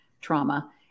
trauma